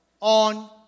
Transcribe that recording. on